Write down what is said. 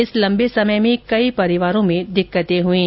इस लम्बे समय में कई परिवारों में दिक्कतें हुईं